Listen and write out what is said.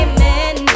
Amen